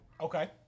Okay